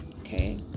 Okay